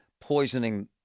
poisoning